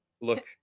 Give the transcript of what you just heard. look